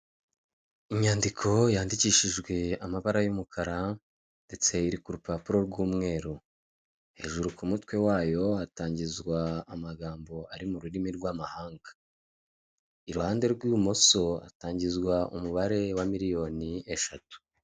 Inyandiko yandikishijwe amabara y'umukara, ndetse iri ku rupapuro rw'umweru. Hejuru ku mutwe wayo hatangizwa amagambo ari mu rurimi rw'amahanga, iruhande rw'ibumoso hatangizwa umubare wa miliyoni eshatu.